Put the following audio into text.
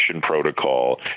protocol